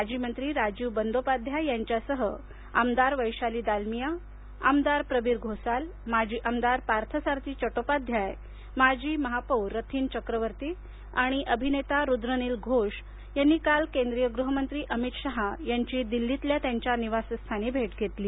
माजी मंत्री राजीव बंदोपाध्याय यांच्यासह आमदार वैशाली दालमिया आमदार प्रबीर घोसाल माजी आमदार पार्थसारथी चटोपाध्याय माजी महापौर रथीन चक्रवर्ती आणि अभिनेता रुद्र्नील घोष यांनी काल केंद्रीय गृहमंत्री अमित शहा यांची दिल्लीतील त्यांच्या निवासस्थानी भेट घेतली